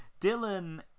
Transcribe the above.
Dylan